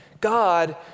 God